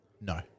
No